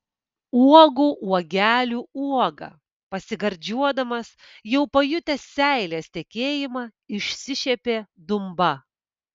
uogų uogelių uoga pasigardžiuodamas jau pajutęs seilės tekėjimą išsišiepė dumba